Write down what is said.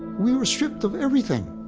we were stripped of everything!